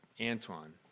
Antoine